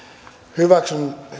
hyväksyn